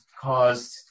caused